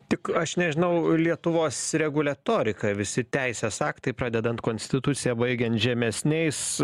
tik aš nežinau lietuvos reguliatorika visi teisės aktai pradedant konstitucija baigiant žemesniais